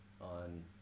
on